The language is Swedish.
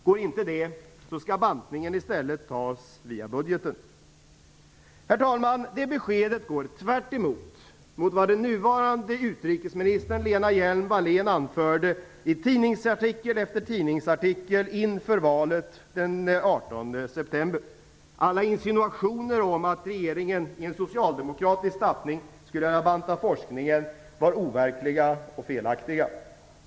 Går inte det, skall bantningen i stället tas via budgeten. Herr talman! Det beskedet går tvärt emot vad den nuvarande utrikesministern Lena Hjelm-Wa llén anförde i tidningsartikel efter tidningsartikel inför valet den 18 september. Alla insinuationer om att regeringen i en socialdemokratisk tappning skulle banta forskningen var overkliga och felaktiga.